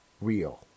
real